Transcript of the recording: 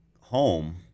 home